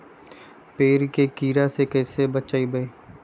पेड़ के कीड़ा से कैसे बचबई?